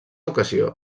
ocasió